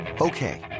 Okay